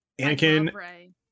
anakin